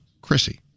Chrissy